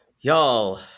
Y'all